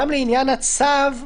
וגם לעניין הצו,